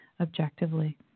objectively